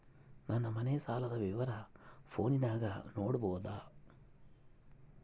ನನ್ನ ಮನೆ ಸಾಲದ ವಿವರ ಫೋನಿನಾಗ ನೋಡಬೊದ?